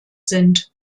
sind